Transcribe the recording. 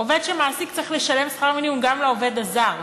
אדם שמעסיק צריך לשלם שכר מינימום גם לעובד הזר.